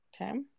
Okay